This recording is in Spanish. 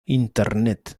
internet